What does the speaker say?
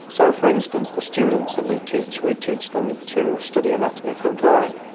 so, for instance, the students that we teach, we teach them to study anatomy through drawing.